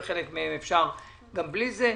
וחלק מהם אפשר גם בלי זה,